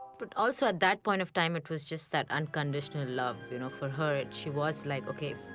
but also at that point of time it was just that unconditional love you know for her, she was like, ok,